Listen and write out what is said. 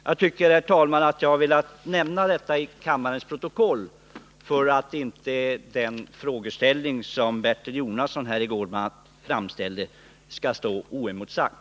Jag har, herr talman, velat nämna detta till kammarens protokoll för att inte Bertil Jonassons påstående i går skall få stå oemotsagt.